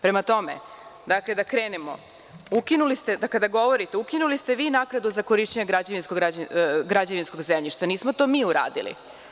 Prema tome, da krenemo, da kada govorite, ukinuli ste vi naknadu za korišćenje građevinskog zemljišta, nismo to mi uradili.